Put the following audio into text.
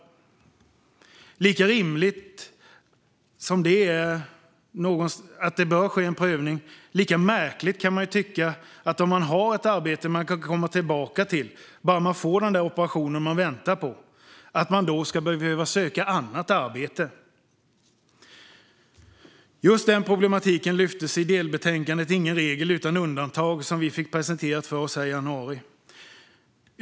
Men lika rimligt som det är att det bör ske en prövning, lika märkligt kan det tyckas vara att man ska behöva söka ett annat arbete om man har ett arbete man kan komma tillbaka till bara man får den där operationen man väntar på. Just den problematiken lyftes fram i delbetänkandet Ingen regel utan undantag - en trygg sjukförsäkring med människan i centrum som vi fick presenterat för oss i januari.